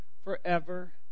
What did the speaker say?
forever